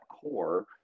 core